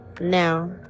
Now